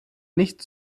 nicht